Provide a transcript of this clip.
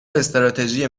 استراتژی